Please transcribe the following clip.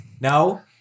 No